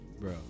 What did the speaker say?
bro